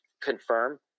confirm